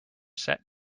set